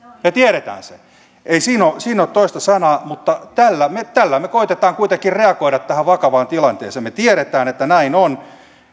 me tiedämme sen ei siinä ole siinä ole toista sanaa mutta tällä me koetamme kuitenkin reagoida tähän vakavaan tilanteeseen me tiedämme että näin on